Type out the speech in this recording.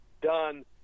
done